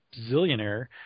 zillionaire